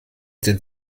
den